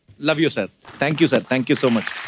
love you, sir. thank you, sir. thank you so much.